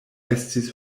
estis